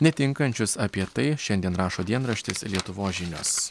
netinkančius apie tai šiandien rašo dienraštis lietuvos žinios